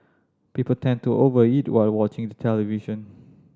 people tend to over eat while watching the television